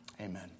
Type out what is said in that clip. amen